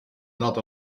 not